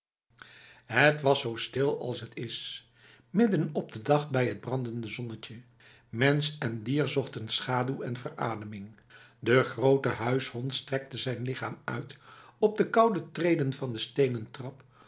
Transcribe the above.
het was zo stil als het is midden op de dag bij het brandende zonnetje mens en dier zochten schaduw en verademing de grote huishond strekte zijn lichaam uit op de koude treden van de stenen trap